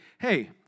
hey